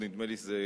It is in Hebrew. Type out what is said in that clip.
נדמה לי שרוב נאומו,